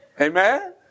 Amen